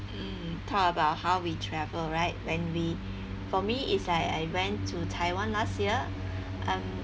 mm talk about how we travel right when we for me it's like I went to taiwan last year